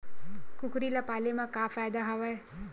कुकरी ल पाले म का फ़ायदा हवय?